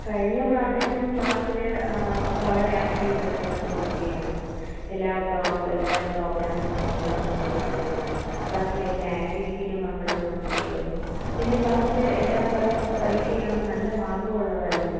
കഴിഞ്ഞ പ്രാവശ്യം ക്ലാസ്സിൽ വളരെ ആക്റ്റീവായിട്ടുള്ളൊരു കുട്ടിയായിരുന്നു എല്ലാ പ്രോ എല്ലാ പ്രോഗ്രാമിനും പങ്കെടുക്കുന്നൊരു കുട്ടിയാണ് ക്ലാസ്സിലെ എല്ലാ ആക്റ്റിവിറ്റീലും പങ്കെടുക്കുന്ന കുട്ടിയായിരുന്നു പിന്നെ ക്ലാസ്സിൽ എല്ലാ പ്രാവശ്യത്തെ പരീക്ഷക്കും അവന് നല്ല മാർക്കും ഉള്ളതായിരുന്നു